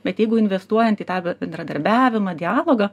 bet jeigu investuojant į tą bendradarbiavimą dialogą